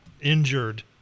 Injured